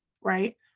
right